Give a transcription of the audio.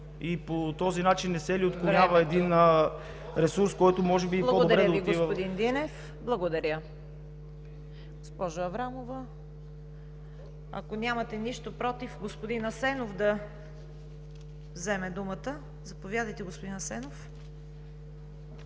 По този начин не се ли отклонява един ресурс, който може би е по-добре да отива…